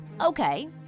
Okay